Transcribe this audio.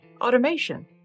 Automation